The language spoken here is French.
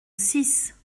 six